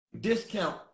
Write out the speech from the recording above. discount